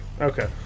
Okay